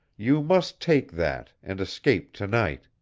you must take that, and escape to-night.